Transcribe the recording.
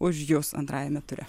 už jus antrajame ture